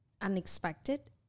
unexpected